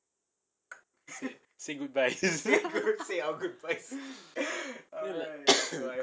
say goodbye